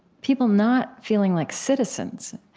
people not feeling like citizens